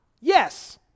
yes